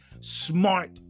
smart